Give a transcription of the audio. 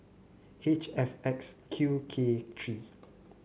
H F X Q K three